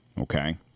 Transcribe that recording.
Okay